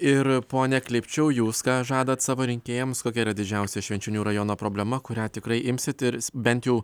ir pone klipčiau jūs ką žadat savo rinkėjams kokia yra didžiausia švenčionių rajono problema kurią tikrai imsit ir bent jau